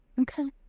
okay